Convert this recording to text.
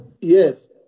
Yes